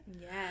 Yes